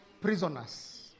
prisoners